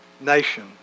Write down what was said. nation